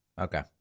Okay